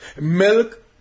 milk